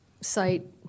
site